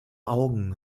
augen